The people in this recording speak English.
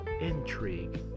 intrigue